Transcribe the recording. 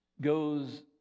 goes